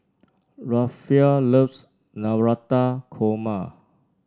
Rafael loves Navratan Korma